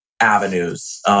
avenues